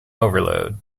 overload